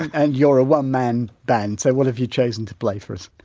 and you're a one-man band, so what have you chosen to play for us?